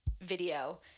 video